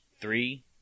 Three